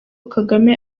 kagame